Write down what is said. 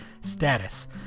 status